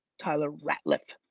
tyler ratliff.